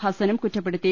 ഹസ്സനും കുറ്റപ്പെടുത്തി